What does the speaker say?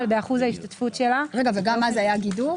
באחוז ההשתתפות שלה- - גם אז היה גידור?